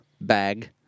bag